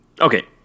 Okay